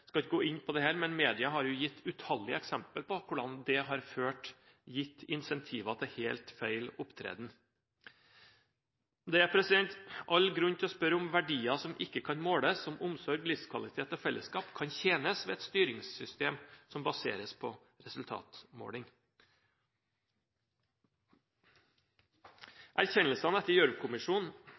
skal ikke gå inn på det her, men media har jo gitt utallige eksempler på hvordan det har gitt incentiver til helt feil opptreden. Det er all grunn til å spørre om verdier som ikke kan måles, som omsorg, livskvalitet og fellesskap, kan tjene på et styringssystem som baseres på resultatmåling. Erkjennelsene etter